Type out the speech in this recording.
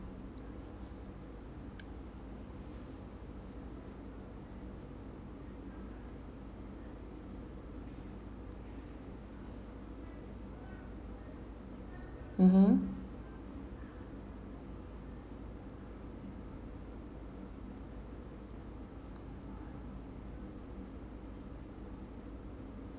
mmhmm